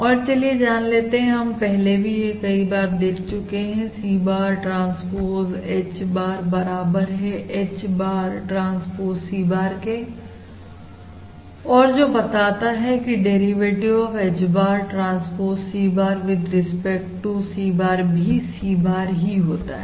और चलिए जान लेते हैं जो हम पहले भी कई बार देख चुके हैं C bar transpose H bar बराबर है H bar transpose C bar के और जो बताता है की derivative of H bar transpose C bar with respect to C bar भी C bar ही होता है